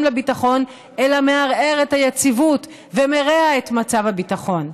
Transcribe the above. לביטחון אלא מערער את היציבות ומרע את מצב הביטחון.